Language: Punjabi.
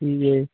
ਠੀਕ ਹੈ